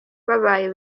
babaye